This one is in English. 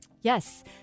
Yes